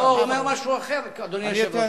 לא, הוא אומר משהו אחר, אדוני היושב-ראש.